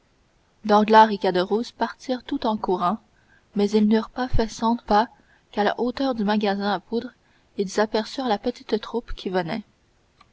danglars et caderousse partirent tout courant mais ils n'eurent pas fait cent pas qu'à la hauteur du magasin à poudre ils aperçurent la petite troupe qui venait